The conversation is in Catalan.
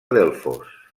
delfos